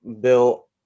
Bill